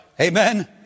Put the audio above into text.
Amen